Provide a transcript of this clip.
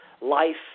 life